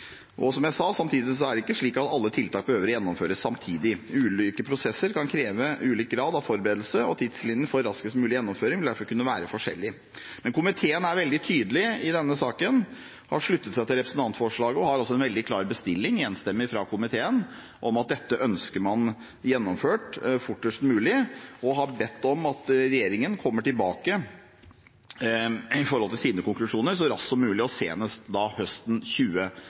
det, som jeg sa, ikke slik at alle tiltak behøver å gjennomføres samtidig. Ulike prosesser kan kreve ulik grad av forberedelse, og tidslinjen for raskest mulig gjennomføring vil derfor kunne være forskjellig. Komiteen er veldig tydelig i denne saken og har sluttet seg til representantforslaget. Den har også en veldig klar bestilling – enstemmig fra komiteen – om at man ønsker dette gjennomført fortest mulig, og ber om at regjeringen kommer tilbake med sine konklusjoner så raskt som mulig, og senest høsten